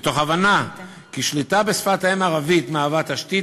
מתוך הבנה ששליטה בשפת האם הערבית מהווה תשתית